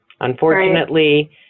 Unfortunately